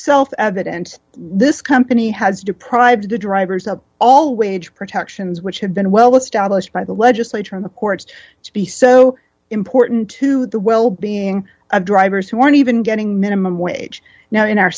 self evident this company has deprived the drivers of all wage protections which have been well established by the legislature in the courts to be so important to the well being of drivers who aren't even getting minimum wage now in our